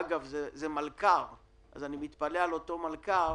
אגב, זה מלכ"ר אז אני מתפלא על אותו מלכ"ר